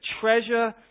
treasure